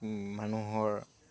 মানুহৰ